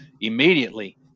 immediately